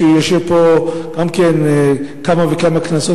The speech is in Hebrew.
שיושב פה גם כן כמה וכמה כנסות,